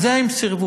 לזה הם סירבו.